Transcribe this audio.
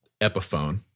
epiphone